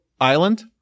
island